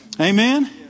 Amen